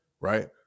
right